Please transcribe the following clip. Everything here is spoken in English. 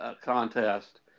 contest